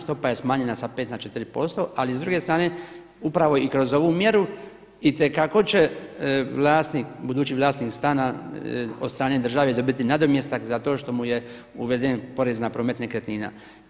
Stopa je smanjena sa pet na četiri posto, ali s druge strane upravo i kroz ovu mjeru itekako će vlasnik, budući vlasnik stana od strane države dobiti nadomjestak zato što mu je uveden porez na promet nekretnina.